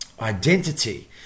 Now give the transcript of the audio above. identity